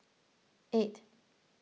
eight